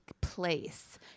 place